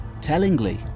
Tellingly